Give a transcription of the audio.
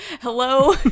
Hello